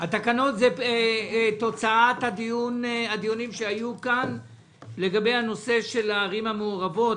זה תוצאת הדיונים שהיו כאן לגבי הנושא של הערים המעורבות,